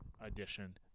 edition